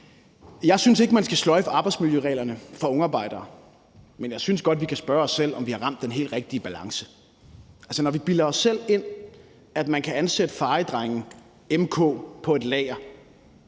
Jeg synes ikke, at man skal sløjfe arbejdsmiljøreglerne for ungarbejdere, men jeg synes godt, vi kan spørge sig selv, om vi har ramt den helt rigtige balance. Altså, når vi bilder os selv ind, at man kan ansætte fejedrenge m/k på et lager,